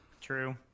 True